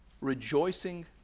rejoicing